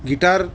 guitar